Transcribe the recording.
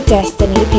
Destiny